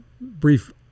brief